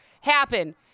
happen